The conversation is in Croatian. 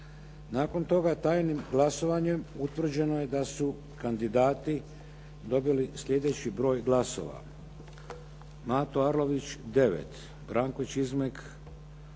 Nakon toga je tajnim glasovanjem utvrđeno je da su kandidati dobili sljedeći broj glasova. Mato Arlović 9, Branko Čizmek